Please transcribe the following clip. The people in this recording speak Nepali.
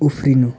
उफ्रिनु